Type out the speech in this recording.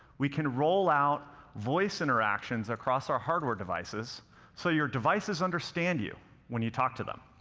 we can roll out voice interactions across our hardware devices so your devices understand you when you talk to them.